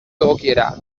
egokiera